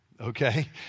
okay